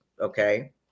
okay